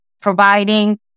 providing